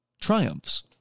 triumphs